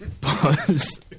Buzz